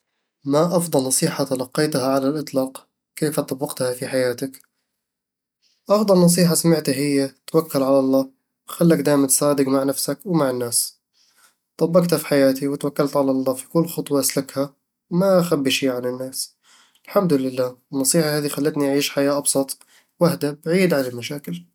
ما أفضل نصيحة تلقيتها على الإطلاق؟ كيف طبقتها في حياتك؟ "أفضل نصيحة سمعتها هي: "توكّل على الله وخلك دائمًا صادق مع نفسك ومع الناس طبقتها في حياتي وتوكلت على الله في كل خطوة أسلكها وما أخبي شي عن الناس الحمد لله، النصيحة هذي خلتني أعيش حياة أبسط وأهدى بعيد عن المشاكل